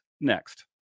next